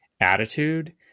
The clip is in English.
attitude